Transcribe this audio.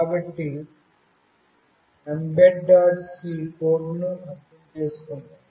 కాబట్టి mbed C కోడ్ను అర్థం చేసుకుందాం